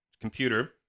computer